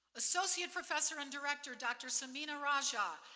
associate professor and director dr. samina raja,